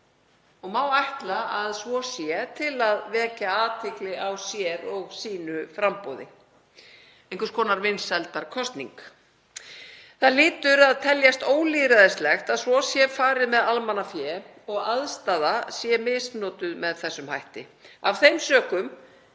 og má ætla að svo sé til að vekja athygli á sér og sínu framboði, einhvers konar vinsældakosning. Það hlýtur að teljast ólýðræðislegt að svo sé farið með almannafé og aðstaða misnotuð með þessum hætti. Af þeim sökum